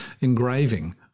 engraving